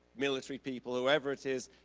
military people, whoever it is,